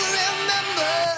remember